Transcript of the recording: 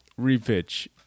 Repitch